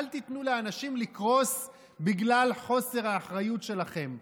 אל תיתנו לאנשים לקרוס בגלל חוסר האחריות שלכם.